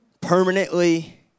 permanently